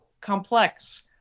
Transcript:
complex